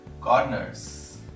corners